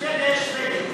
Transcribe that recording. בשבדיה יש שבדים.